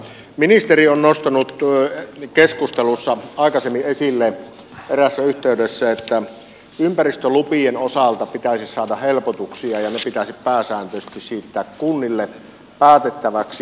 ministeri on nostanut keskustelussa aikaisemmin esille eräässä yhteydessä että ympäristölupien osalta pitäisi saada helpotuksia ja ne pitäisi pääsääntöisesti siirtää kunnille päätettäväksi